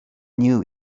knew